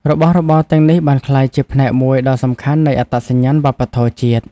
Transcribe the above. របស់របរទាំងនេះបានក្លាយជាផ្នែកមួយដ៏សំខាន់នៃអត្តសញ្ញាណវប្បធម៌ជាតិ។